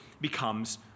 becomes